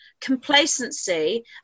complacency